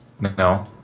No